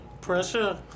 Pressure